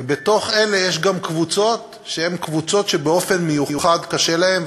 ובתוך אלה יש גם קבוצות שהן קבוצות שבאופן מיוחד קשה להן,